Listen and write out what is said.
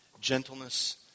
gentleness